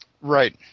Right